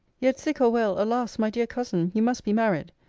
yet, sick or well, alas! my dear cousin! you must be married.